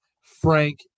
frank